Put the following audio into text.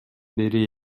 бери